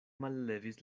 mallevis